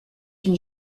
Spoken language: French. une